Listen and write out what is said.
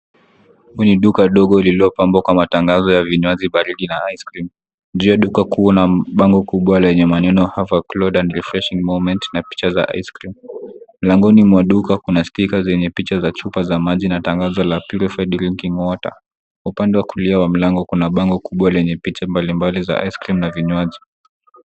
Ni kwenye duka dogo lililopambwa kwa matangaza vinywaji baridi na (cs)ice cream(cs). Nje ya duka kuna bango kubwa lenye maneno (cs)Have a Cold and Refreshing Moment(cs) pamoja na picha za (cs)ice cream(cs). Mlangoni mwa duka kuna (cs)stika(cs) zenye picha za chupa za maji zikitangaza maji (cs)pure drinking water(cs). Upande wa kulia wa mlango kuna bango kubwa lenye picha mbalimbali za (cs)ice cream(cs) na vinywaji.